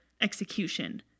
execution